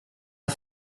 pas